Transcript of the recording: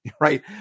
right